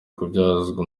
kubyazwa